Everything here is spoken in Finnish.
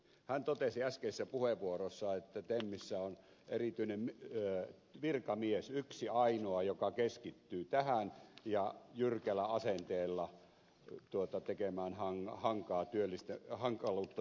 hän totesi äskeisessä puheenvuorossaan että temmissä on erityinen virkamies yksi ainoa joka keskittyy tähän ja jyrkällä asenteella tekemään hankaluutta työllistämisasioissa